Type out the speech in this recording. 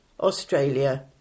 Australia